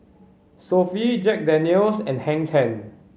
Sofy Jack Daniel's and Hang Ten